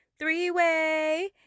three-way